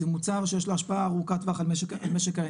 זה מוצר שיש לו השפעה ארוכת טווח על משק האנרגיה.